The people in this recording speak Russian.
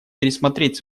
пересмотреть